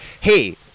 hey